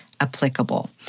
applicable